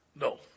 No